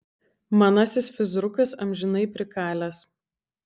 manasis fizrukas amžinai prikalęs